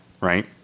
right